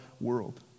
world